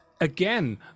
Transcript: again